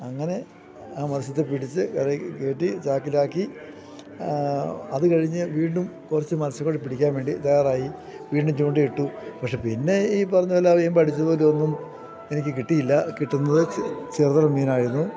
അങ്ങനെ ആ മത്സ്യത്തെ പിടിച്ചു കരയില് കയറ്റി ചാക്കിലാക്കി അതു കഴിഞ്ഞ് വീണ്ടും കുറച്ചു മത്സ്യം കൂടി പിടിക്കാൻ വേണ്ടി തയ്യാറായി വീണ്ടും ചൂണ്ടയിട്ടു പക്ഷേ പിന്നെ ഈ പറഞ്ഞ പോലെ വീമ്പടിച്ചതുപോലെ ഒന്നും എനിക്കു കിട്ടിയില്ല കിട്ടുന്നത് ചെറുതരം മീനായിരുന്നു